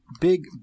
big